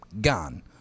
gone